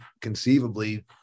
conceivably